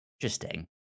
Interesting